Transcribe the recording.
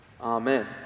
Amen